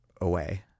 away